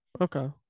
Okay